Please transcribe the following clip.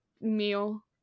meal